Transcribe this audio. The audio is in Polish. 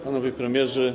Panowie Premierzy!